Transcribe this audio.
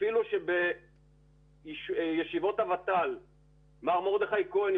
אפילו שבישיבות הוות"ל מר מרדכי כהן,